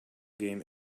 game